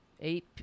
eight